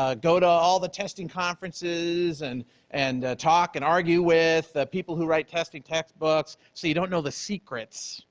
ah go to all the testing conferences and and talk and argue with the people who write testing textbooks, so you don't know the secrets